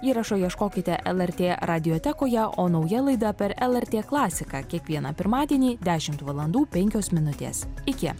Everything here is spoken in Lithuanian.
įrašo ieškokite lrt radiotekoje o nauja laida per lrt klasiką kiekvieną pirmadienį dešimt valandų penkios minutės iki